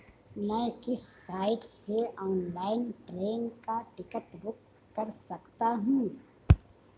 मैं किस साइट से ऑनलाइन ट्रेन का टिकट बुक कर सकता हूँ?